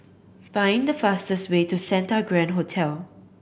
find the fastest way to Santa Grand Hotel